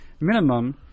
minimum